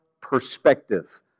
perspective